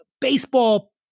baseball